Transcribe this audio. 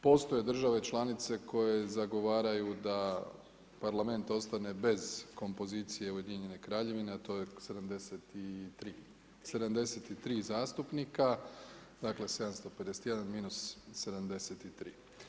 Postoje države članice koje zagovaraju da Parlament ostane bez kompozicije Ujedinjene Kraljevine, a to je 73 zastupnika, dakle 751 minus 73.